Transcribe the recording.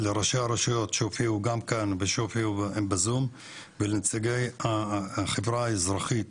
לראשי הרשויות שהופיעו גם כאן ובזום ולנציגי החברה האזרחית.